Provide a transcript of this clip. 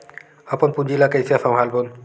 अपन पूंजी ला कइसे संभालबोन?